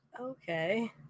Okay